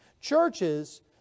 Churches